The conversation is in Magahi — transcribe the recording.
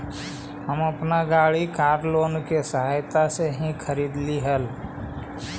हम अपन गाड़ी कार लोन की सहायता से ही खरीदली हल